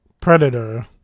Predator